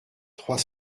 trois